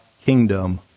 kingdom